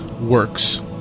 Works